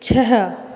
छ